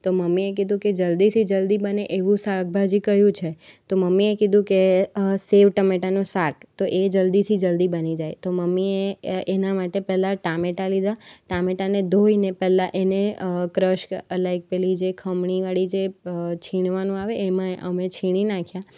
તો મમ્મીએ કીધું કે જલદીથી જલદી બને એવું શાકભાજી કયું છે તો મમ્મીએ કીધું કે સેવ ટમેટાનું શાક તો એ જલદીથી જલદી બની જાય તો મમ્મીએ એના માટે પહેલાં ટામેટા લીધા ટામેટાને ધોઈને પહેલાં એને ક્રશ લાઇક પેલી જે ખમણીવાળી જે છીણવાનું આવે એમાં અમે છીણી નાખ્યા